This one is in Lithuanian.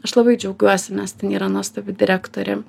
aš labai džiaugiuosi nes ten yra nuostabi direktorė